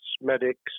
medics